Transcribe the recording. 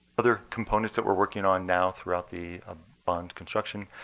other components that we're working on now throughout the bond construction,